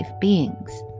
beings